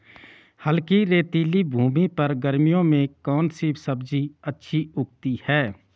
हल्की रेतीली भूमि पर गर्मियों में कौन सी सब्जी अच्छी उगती है?